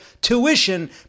tuition